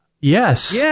Yes